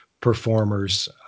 performers